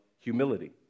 humility